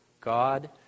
god